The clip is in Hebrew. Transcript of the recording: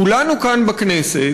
כולנו כאן בכנסת,